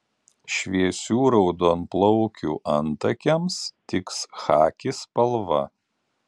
šviesių raudonplaukių antakiams tiks chaki spalva